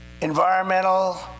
Environmental